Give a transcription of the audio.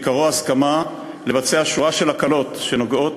שעיקרו הסכמה לבצע שורה של הקלות שנוגעות